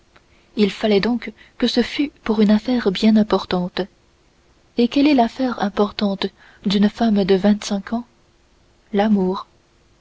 il fallait donc que ce fût pour une affaire bien importante et quelle est l'affaire importante d'une femme de vingt-cinq ans l'amour